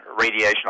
radiation